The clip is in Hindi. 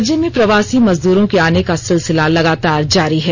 राज्य में प्रवासी मजदूरों के आने का सिलसिला लगातार जारी है